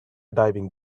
diving